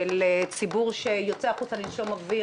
של ציבור שיוצא החוצה לנשום אוויר.